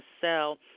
sell